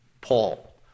Paul